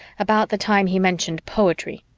about the time he mentioned poetry.